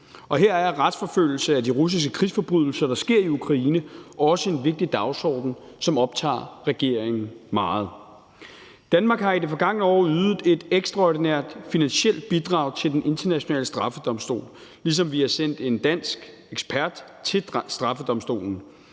her er retsforfølgelse for de russiske krigsforbrydelser, der sker i Ukraine, også en vigtig dagsorden, som optager regeringen meget. Danmark har i det forgangne år ydet et ekstraordinært finansielt bidrag til Den Internationale Straffedomstol, ligesom vi har sendt en dansk ekspert til straffedomstolen.